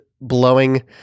blowing